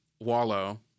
wallow